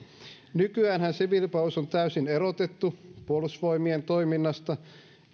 nykyäänhän siviilipalvelus on täysin erotettu puolustusvoimien toiminnasta